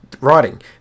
writing